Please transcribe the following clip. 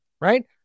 right